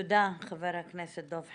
תודה חבר הכנסת דב חנין.